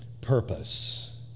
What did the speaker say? purpose